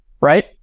right